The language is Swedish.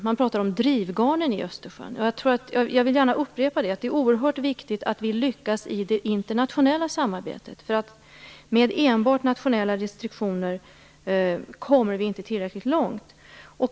Man pratar om drivgarnen i Östersjön. Jag upprepar gärna att det är oerhört viktigt att vi lyckas i det internationella samarbetet. Med enbart nationella restriktioner kommer vi nämligen inte tillräckligt långt.